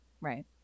Right